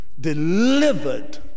delivered